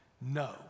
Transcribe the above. No